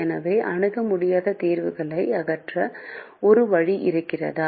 எனவே அணுக முடியாத தீர்வுகளை அகற்ற ஒரு வழி இருக்கிறதா